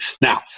now